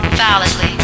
validly